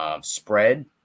spread